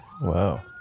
Wow